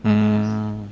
mm